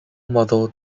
model